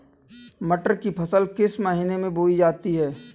मटर की फसल किस महीने में बोई जाती है?